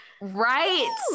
Right